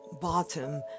bottom